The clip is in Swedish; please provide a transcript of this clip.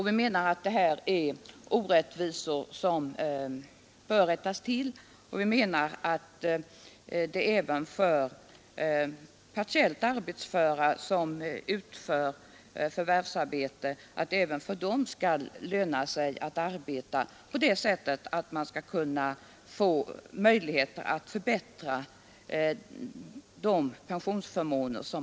Vi menar att det här är orättvisor som bör rättas till och att det även för partiellt arbetsföra, som utför förvärvsarbete, skall löna sig att arbeta på det sättet att de skall kunna få möjlighet att förbättra sina pensionsförmåner.